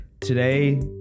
Today